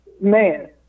Man